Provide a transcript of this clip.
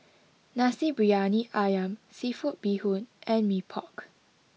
Nasi Briyani Ayam Seafood Bee Hoon and Mee Pok